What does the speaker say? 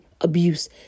abuse